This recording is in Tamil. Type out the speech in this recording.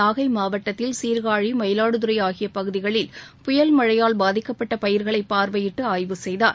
நாகை மாவட்டத்தில் சீர்காழி மயிலாடுதுரை ஆகிய பகுதிகளில் சமீபத்திய புயல் மழையால் பாதிக்கப்பட்ட பயிர்களை பார்வையிட்டு ஆய்வு செய்தார்